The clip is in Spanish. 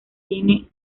tiene